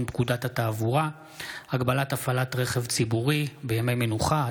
פקודת התעבורה (הגבלת הפעלת רכב ציבורי בימי מנוחה),